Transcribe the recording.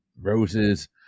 roses